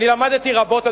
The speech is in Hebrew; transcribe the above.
אני למדתי רבות,